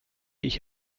ich